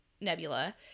nebula